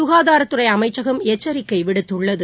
சுகாதாரத்துறை அமைச்சகம் எச்சரிக்கை விடுத்துள்ளது